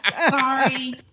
Sorry